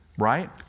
right